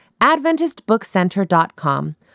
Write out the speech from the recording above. AdventistBookCenter.com